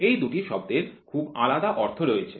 এই ২ টি শব্দের খুব আলাদা অর্থ রয়েছে